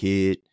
Kid